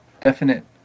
definite